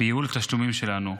וייעול התשלומים שלנו.